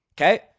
okay